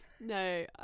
No